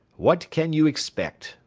what can you expect?